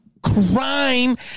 crime